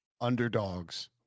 underdogs